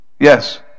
Yes